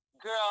Girl